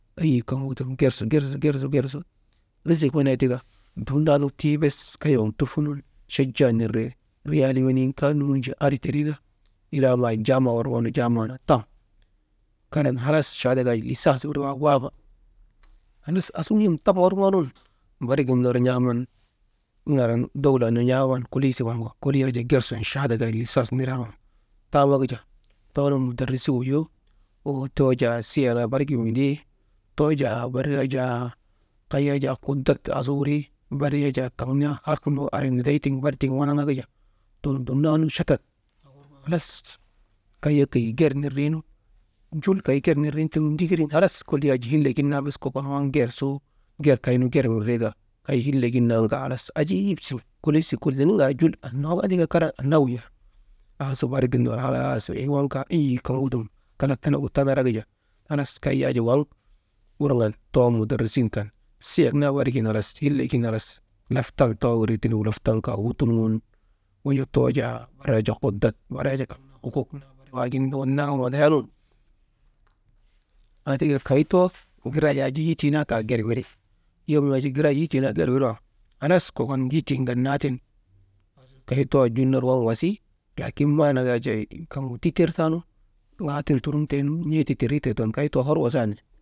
Eyi kaŋgu dum gersu, gersu, gersu, rizik wenee tika tiibes kay waŋgu dumnaanu trufunun chaja nindri riyalii wenin kaa nuuje andri tindrii ka ilaa maa jaama worŋoo nu jaama worŋoonu tam, karan halas chahaadak yak jaa liisens wirgu waama halas aasuŋun yom tam worŋoo nun barikgin ner n̰aaman naran dowlaanun n̰aaman kolisii waŋgu kolii yak jaa gersun chahaadak liisens nindriyar waŋgu taamaka jaa toonu mudarisin wuyoo woo too jaa siya naa barigin yindii, too jaa barik yaa jaa kay yaa jaa kudat aasub wiurii bar yak jaa kaŋ naa hak niday tiŋ bar tiŋ wanaŋa ka jaa ton dumnan chatat halas kay yak keyi ger nindrin jul kay ger nindrii tiŋgu ndiŋirin halas kolii yak hillek gin naa bes kokon ger su ger kaynu ger windrii ka bee hillek gin naan ka halas ajiib siŋen kolisi koli ninŋaa andaka karan anna wuyaa aasu barigin ner waŋ kaa wey eyi kaŋgu dum kalak tenegu tanaka jaa, has kay yak jaa waŋ wurŋan wey toonu mudarisin kan sihek naa barik gin halas hillek gin halas laftan too winri tindi laftan kaa wuttulŋun wujaa too jaa barik yak jaa kutdat barik yak jaa hokuk naa barigin naŋan wandayanun aa tika kay too, giray yak jaa sitii naa kaa ger wiri, yom yak jaa girey yitii naa ger wir waŋ halas kokon yitin ŋannaa tiŋ kay too jul ner waŋ wasi, laakin maanak yak jaa kaŋgu titer taanu, ŋaatiŋ toroŋteenu n̰ee tiŋ toroŋ teenu kay too hor wasandi.